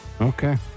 Okay